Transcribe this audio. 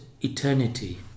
eternity